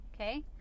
okay